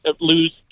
lose